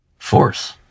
force